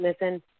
missing